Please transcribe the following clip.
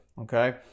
okay